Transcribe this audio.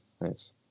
Nice